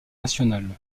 nationale